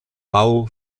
bau